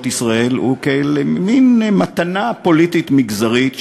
ישראל הוא כאל מין מתנה פוליטית מגזרית,